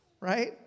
right